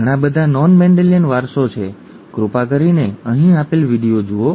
ઘણા બધા non Mendelian વારસો છે કૃપા કરીને અહીં આપેલ વિડિઓ જુઓ